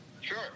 Sure